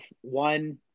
one